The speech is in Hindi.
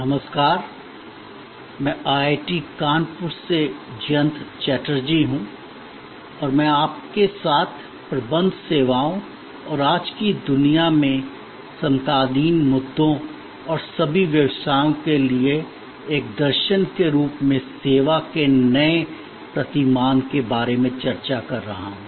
नमस्कार मैं आईआईटी कानपुर से जयंत चटर्जी हूं और मैं आपके साथ प्रबंध सेवाओं और आज की दुनिया में समकालीन मुद्दों और सभी व्यवसायों के लिए एक दर्शन के रूप में सेवा के नए प्रतिमान के बारे में चर्चा कर रहा हूं